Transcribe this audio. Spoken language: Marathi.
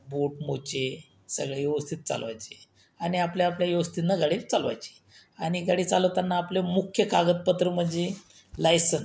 बूट मोजे सगळे व्यवस्थित चालवायची आणि आपल्या आपल्या व्यवस्थेनं गाडी चालवायची आणि गाडी चालवताना आपलं मुख्य कागदपत्र म्हणजे लायसन